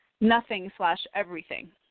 nothing-slash-everything